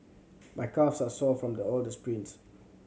my calves are sore from the all the sprints